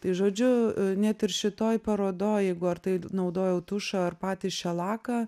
tai žodžiu net ir šitoj parodoj jeigu ar tai naudojau tušą ar patį šelaką